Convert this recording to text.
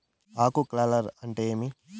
ఆకు కార్ల్ అంటే ఏమి?